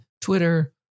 Twitter